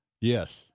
Yes